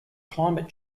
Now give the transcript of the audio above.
climate